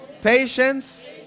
patience